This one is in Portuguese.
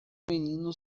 menino